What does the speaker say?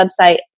website